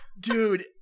Dude